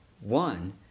One